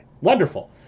Wonderful